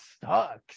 sucks